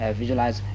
visualize